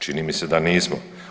Čini mi se da nismo.